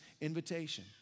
invitation